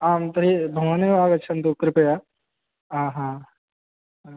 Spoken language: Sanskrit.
आं तर्हि भवान् एव आगच्छन्तु कृपया आ हा हा